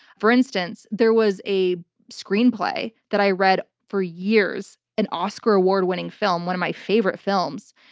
for instance, there was a screenplay that i read for years, an oscar-award winning film, one of my favorite films,